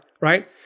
Right